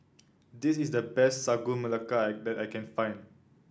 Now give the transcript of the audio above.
this is the best Sagu Melaka I that I can find